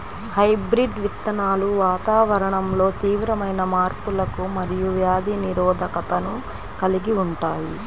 hybrid విత్తనాలు వాతావరణంలో తీవ్రమైన మార్పులకు మరియు వ్యాధి నిరోధకతను కలిగి ఉంటాయి